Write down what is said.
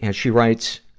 and she writes,